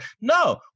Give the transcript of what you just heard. No